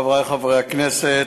חברי חברי הכנסת,